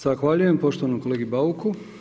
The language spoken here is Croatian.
Zahvaljujem poštovanom kolegi Bauku.